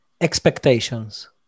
expectations